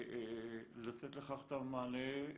לתת לכך את המענה.